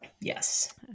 Yes